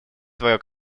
свое